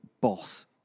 boss